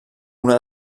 una